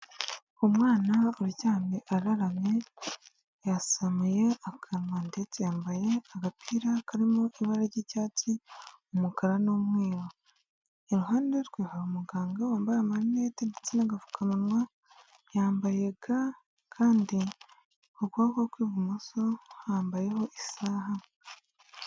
Umwana uryamye ararame yasamuye akanwa ndetse yambaye agapira karimo ibara ry'icyatsi, umukara n'umweru, iruhande rwe hari umuganga wambaye amarinete ndetse n'agapfukamunwa, yambaye ga kandi ku kuboko kw'ibumoso hambayeho isaha.